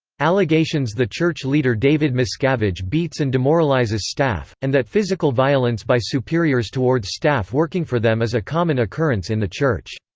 allegations the church leader david miscavige beats and demoralizes staff, and that physical violence by superiors towards staff working for them is a common occurrence in the church.